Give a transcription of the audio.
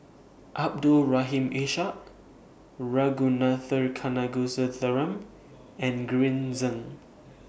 Abdul Rahim Ishak Ragunathar Kanagasuntheram and Green Zeng